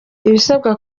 ibisabwa